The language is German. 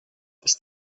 ist